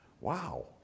Wow